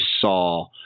saw